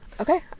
Okay